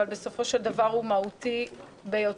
אבל בסופו של דבר הוא מהותי ביותר.